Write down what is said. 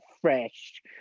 fresh